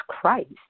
Christ